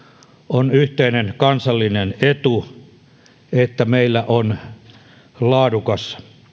on yhteinen kansallinen etu että meillä on laadukas